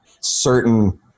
certain